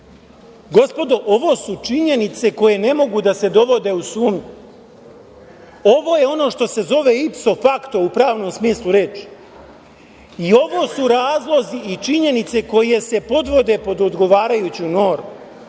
ovo su činjenice koje ne mogu da se dovode u sumnju. Ovo je ono što se zove ipso fakto, u pravnom smislu reči, i ovo su razlozi i činjenice koje se podvode pod odgovarajuću normu,